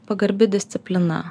pagarbi disciplina